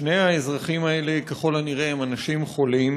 שני האזרחים האלה ככל הנראה הם אנשים חולים,